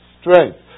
strength